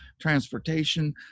transportation